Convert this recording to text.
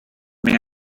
may